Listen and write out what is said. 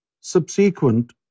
subsequent